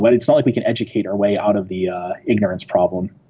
but it's not like we can educate our way out of the ignorance problem.